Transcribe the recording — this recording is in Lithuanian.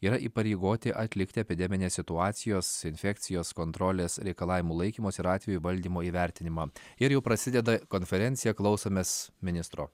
yra įpareigoti atlikti epideminės situacijos infekcijos kontrolės reikalavimų laikymosi ir atvejų valdymo įvertinimą ir jau prasideda konferencija klausomės ministro